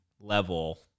level